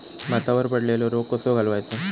भातावर पडलेलो रोग कसो घालवायचो?